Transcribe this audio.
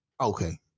Okay